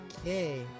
okay